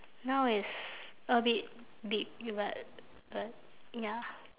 now is a bit big but but ya